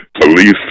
police